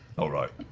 all right.